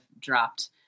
dropped